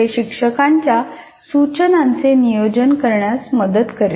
हे शिक्षकांच्या सूचनांचे नियोजन करण्यात मदत करेल